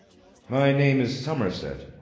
my name is somerset.